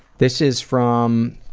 this is from